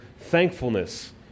thankfulness